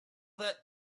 that